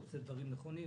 הוא עושה דברים נכונים,